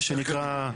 מה שנקרא,